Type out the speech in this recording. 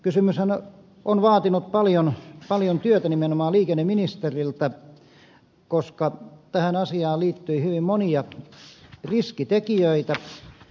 asiahan on vaatinut paljon työtä nimenomaan liikenneministeriltä koska tähän asiaan liittyi hyvin monia riskitekijöitä